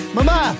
Mama